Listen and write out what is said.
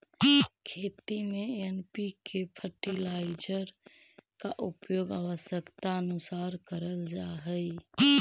खेती में NPK fertiliser का उपयोग आवश्यकतानुसार करल जा हई